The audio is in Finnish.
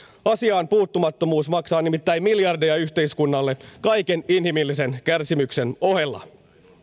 asiaan puuttumattomuus maksaa nimittäin miljardeja yhteiskunnalle kaiken inhimillisen kärsimyksen ohella